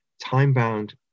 time-bound